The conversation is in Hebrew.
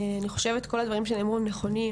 אני חושבת שכל הדברים שנאמרו הם נכונים,